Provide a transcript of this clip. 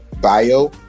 bio